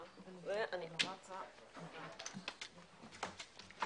הישיבה ננעלה בשעה 11:51.